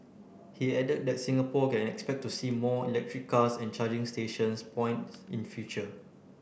he added that Singapore can expect to see more electric cars and charging stations points in future